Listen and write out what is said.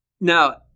now